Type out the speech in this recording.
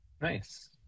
Nice